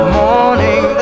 morning